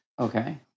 Okay